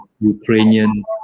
Ukrainian